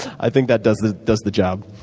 i think that does the does the job.